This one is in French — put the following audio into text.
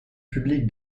public